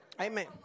amen